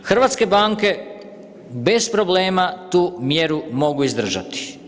Hrvatske banke bez problema tu mjeru mogu izdržati.